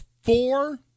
four